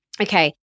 okay